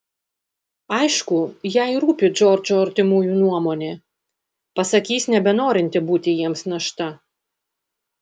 aišku jai rūpi džordžo artimųjų nuomonė pasakys nebenorinti būti jiems našta